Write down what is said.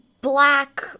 black